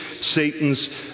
Satan's